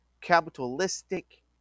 capitalistic